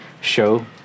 show